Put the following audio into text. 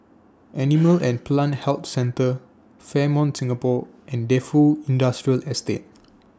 Animal and Plant Health Centre Fairmont Singapore and Defu Industrial Estate